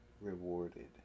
rewarded